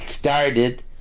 Started